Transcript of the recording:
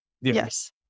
yes